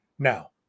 Now